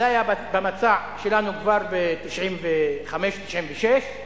זה היה במצע שלנו כבר ב-1995, 1996,